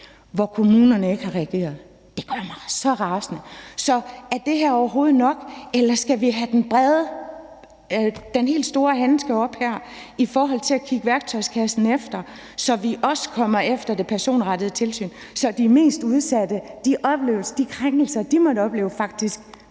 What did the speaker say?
hvor kommunerne ikke har reageret. Det gør mig så rasende, så er det her overhovedet nok, eller skal vi have den helt store handske op her i forhold til at kigge værktøjskassen efter, så vi også kommer efter det personrettede tilsyn, så de mest udsatte og de krænkelser, de måtte opleve,